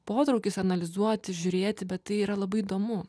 potraukis analizuoti žiūrėti bet tai yra labai įdomu